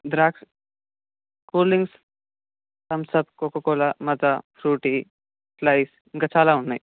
ద్రాక్ష cool drinks Thums Up Coca Cola Maaza Frooti Slice ఇంకా చాలా ఉన్నాయి